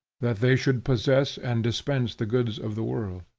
that they should possess and dispense the goods of the world.